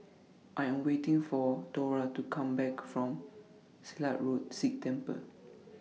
I Am waiting For Thora to Come Back from Silat Road Sikh Temple